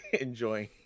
enjoying